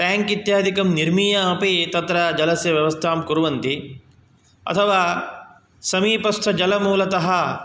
tank इत्यादिकं निर्मीय अपि तत्र जलस्य व्यवस्थां कुर्वन्ति अथवा समीपस्थजलमूलतः